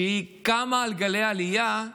שקמה על גלי העלייה,